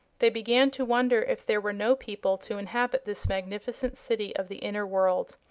they began to wonder if there were no people to inhabit this magnificent city of the inner world.